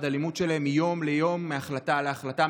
הלימוד שלהם מיום ליום ומהחלטה להחלטה,